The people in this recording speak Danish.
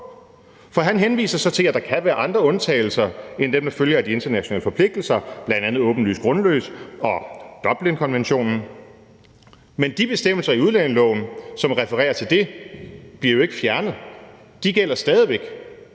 for han henviser så til, at der kan være andre undtagelser end dem, der følger af de internationale forpligtelser, bl.a. åbenlyst grundløs-proceduren og Dublinkonventionen, men de bestemmelser i udlændingeloven, som refererer til det, bliver jo ikke fjernet. De gælder stadig væk,